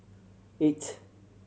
eight